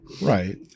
Right